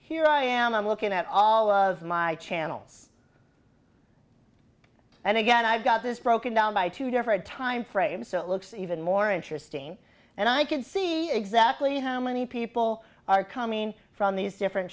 here i am i'm looking at all of my channels and again i've got this broken down by two different time frame so it looks even more interesting and i could see exactly how many people are coming from these different